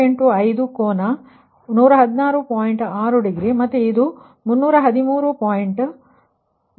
6 degree ಇದು ಮತ್ತೆ 313 ಮತ್ತು 31 ಒಂದೇ ಆಗಿದೆ